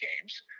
games